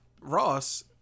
Ross